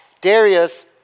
Darius